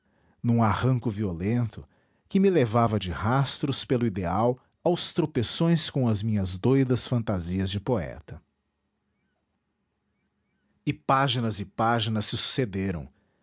num arranco violento que me levava de rastros pelo ideal aos tropeções com as minhas doidas fantasias de poeta e páginas e páginas se sucederam